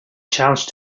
challenged